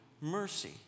mercy